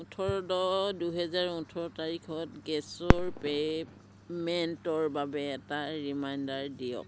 ওঠৰ দহ দুহেজাৰ ওঠৰ তাৰিখত গেছৰ পে'মেণ্টৰ বাবে এটা ৰিমাইণ্ডাৰ দিয়ক